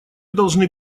должны